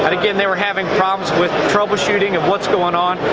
again they were having problems with troubleshooting of what's going on,